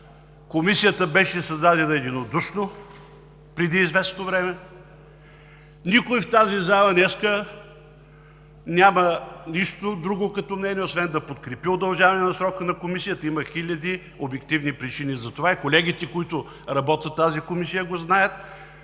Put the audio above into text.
Комисията беше създадена единодушно преди известно време. Никой в тази зала днес няма нищо друго като мен, освен да подкрепи удължаване на срока на Комисията. Има хиляди обективни причини за това и колегите, които работят в тази Комисия, го знаят.